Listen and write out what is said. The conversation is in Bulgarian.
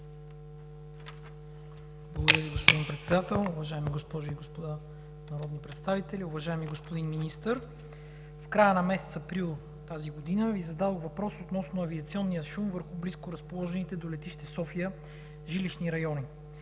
Благодаря, господин Председател. Уважаеми госпожи и господа народни представители! Уважаеми господин Министър, в края на месец април тази година Ви зададох въпрос относно авиационния шум върху близко разположените до летище София жилищни райони.